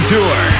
Tour